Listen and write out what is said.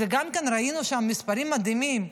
גם ראינו שם מספרים מדהימים,